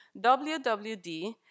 WWD